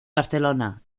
barcelona